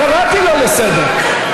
קראתי לו לסדר.